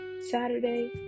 Saturday